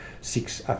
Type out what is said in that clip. six